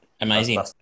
Amazing